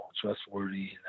trustworthy